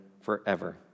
forever